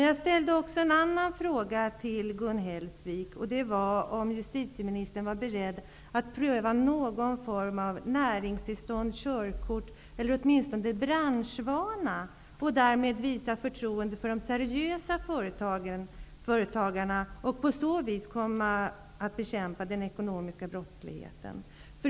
Jag ställde också en annan fråga till Gun Hellsvik, nämligen om hon var beredd att pröva någon form av näringstillstånd, ''körkort'' eller åtminstone kräva branschvana, för att därmed visa förtroende för de seriösa företagarna och på så vis bekämpa den ekonomiska brottsligheten.